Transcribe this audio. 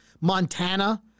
Montana